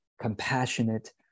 compassionate